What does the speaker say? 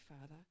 Father